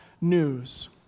news